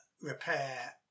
repair